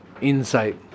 insight